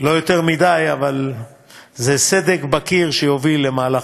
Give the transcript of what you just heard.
לא יותר מדי, אבל זה סדק בקיר שיוביל למהלך.